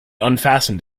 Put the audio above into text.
unfastened